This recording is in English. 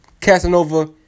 Casanova